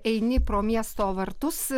eini pro miesto vartus